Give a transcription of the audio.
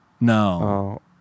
No